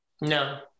No